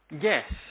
yes